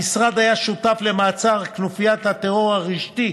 המשרד היה שותף למעצר כנופיית הטרור הרשתי,